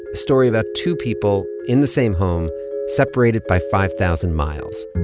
story about two people in the same home separated by five thousand miles.